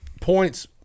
points